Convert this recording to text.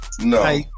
no